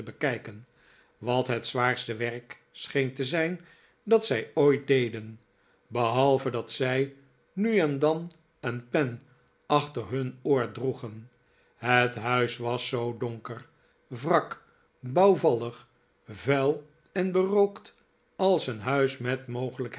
wat het zwaarste werk scheen te zijn dat zij ooit deden behalve dat zij nu en dan een pen achter hun oor droegen het huis was zoo donker wrak bouwvallig vuil en berookt als een huis met